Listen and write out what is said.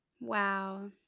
wow